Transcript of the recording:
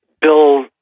Bill